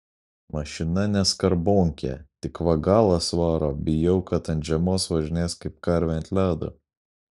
mašina ne skarbonkė tik va galas varo bijau kad ant žiemos važinės kaip karvė ant ledo